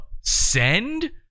send